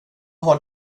har